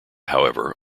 however